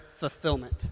fulfillment